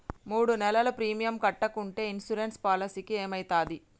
మూడు నెలలు ప్రీమియం కట్టకుంటే ఇన్సూరెన్స్ పాలసీకి ఏమైతది?